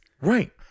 Right